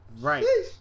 Right